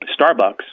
Starbucks